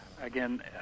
again